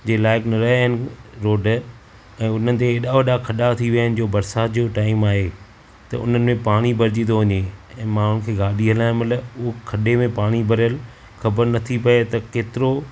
जे लाइक़ न रया आहिनि रोड ऐं हुन ते ऐॾा वॾा खॾा थी विया आहिनि जो बरसात जो टाइम आहे त हुननि में पाणी भरिजी तो वञे ऐ माण्हूअ खे गाॾी हलायण महिल उहो खॾे में पाणी भरयलु ख़बर नथी पवे त केतिरो